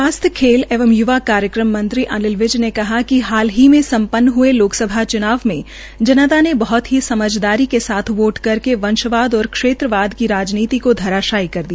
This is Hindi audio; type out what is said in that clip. स्वास्थ्य खेल एवं य्वाक कार्यकम मंत्री अनिल विज ने कहा है कि हाल ही सम्पन्न हये लोकसभा च्नाव में जना ने बहत ही समझदारी के साथ वोटा करके वंशवाद और क्षेत्रवाद की राजनीति को धाराशायी कर दिया